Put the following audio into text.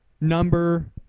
number